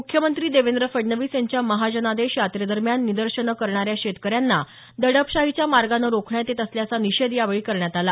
मुख्यमंत्री देवेंद्र फडणवीस यांच्या महाजनादेश यात्रेदरम्यान निदर्शनं करणाऱ्या शेतकऱ्यांना दडपशाहीच्या मार्गानं रोखण्यात येत असल्याचा निषेध यावेळी करण्यात आला